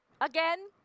Again